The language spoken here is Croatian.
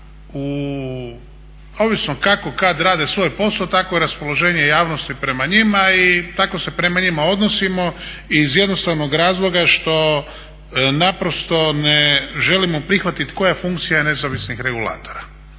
ovisno kako kada rade svoj posao tako je i raspoloženje javnosti prema njima i tako se prema njima odnosimo iz jednostavnog razlog što naprosto ne želimo prihvatiti koja je funkcija nezavisnih regulatora.